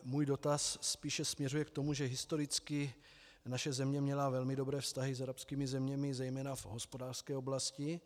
Můj dotaz ale spíše směřuje k tomu, že historicky naše země měla velmi dobré vztahy s arabskými zeměmi zejména v hospodářské oblasti.